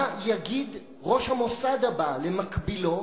מה יגיד ראש המוסד הבא למקבילו,